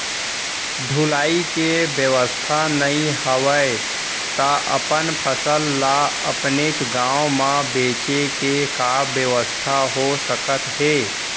ढुलाई के बेवस्था नई हवय ता अपन फसल ला अपनेच गांव मा बेचे के का बेवस्था हो सकत हे?